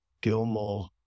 Gilmore